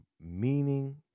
meaning